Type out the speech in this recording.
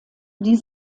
die